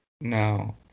No